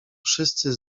wszyscy